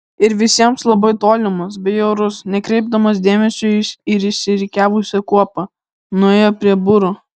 ir visiems labai tolimas bei orus nekreipdamas dėmesio į išsirikiavusią kuopą nuėjo prie būro